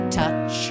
touch